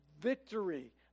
victory